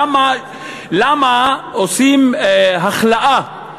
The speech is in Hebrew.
למה עושים הכלאה,